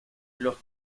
los